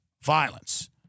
violence